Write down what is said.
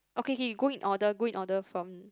okay he go in order go in order from